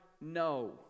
No